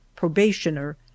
probationer